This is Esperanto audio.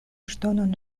ŝtonon